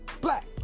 Black